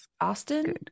Austin